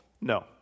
no